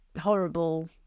horrible